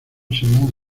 simon